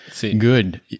good